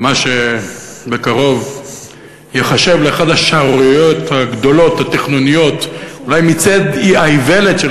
למה שבקרוב ייחשב לאחת השערוריות התכנוניות הגדולות,